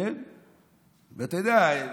אתה יודע,